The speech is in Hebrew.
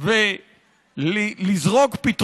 להסדיר סמכויות עיכוב ומעצר בסירוב לעיכוב לקציני